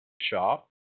shop